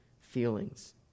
feelings